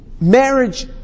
marriage